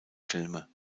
filme